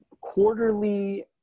quarterly